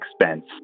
expense